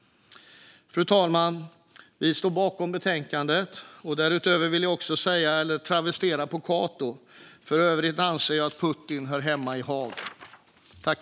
Fru talman! Jag yrkar bifall till utskottets förslag. Därutöver vill jag också travestera Cato: För övrigt anser jag att Putin hör hemma i Haag.